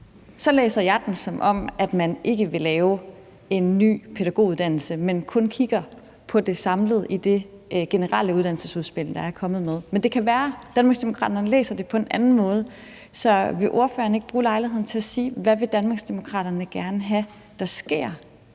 læser jeg den, som om man ikke vil lave en ny pædagoguddannelse, men kun kigger på det samlede i det generelle uddannelsesudspil, der er kommet. Men det kan være, Danmarksdemokraterne læser det på en anden måde. Så vil ordføreren ikke bruge lejligheden til at sige, hvad Danmarksdemokraterne gerne vil have der sker?